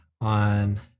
on